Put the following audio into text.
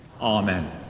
Amen